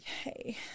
Okay